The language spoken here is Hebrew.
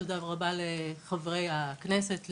תודה רבה לחברי הכנסת,